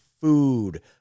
food